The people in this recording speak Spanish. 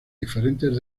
diferentes